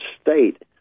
state